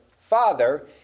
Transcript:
Father